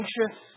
anxious